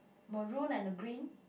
maroon and the green